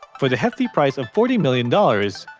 for the hefty price of forty million dollars,